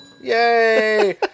yay